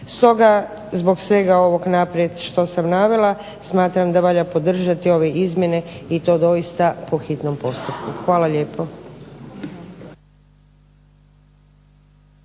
Stoga zbog svega ovog naprijed što sam navela smatram da valja podržati ove izmjene i to doista po hitnom postupku. Hvala lijepo.